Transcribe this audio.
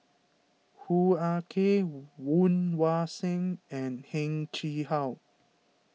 Hoo Ah Kay Woon Wah Siang and Heng Chee How